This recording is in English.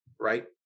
Right